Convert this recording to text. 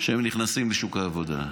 כניסתם לשוק העבודה.